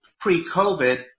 pre-COVID